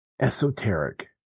esoteric